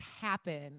happen